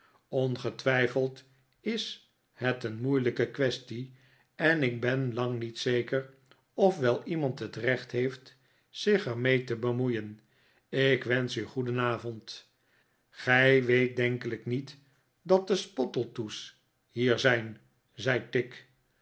ongetwijfeld is het een moeilijke quaestie en ik ben lang niet zeker of wel iemand het recht heeft zich er mee te bemoeien ik wensch u goedenavond r gij weet denkelijk niet dat de spottletoe's hier zijn zei tigg